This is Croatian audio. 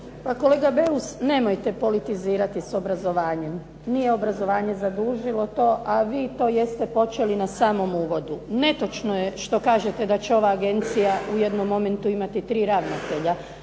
Kolega Beus nemojte politizirati sa obrazovanje, nije obrazovanje zadužilo to a vi to jeste počeli na samom uvodu. Netočno je što kažete da će ova agencija u jednom momentu imati tri ravnatelja,